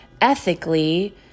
ethically